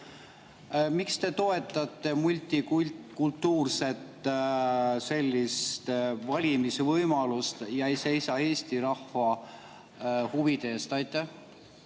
miks te toetate multikultuurset valimisvõimalust ja ei seisa Eesti rahva huvide eest? Aitäh,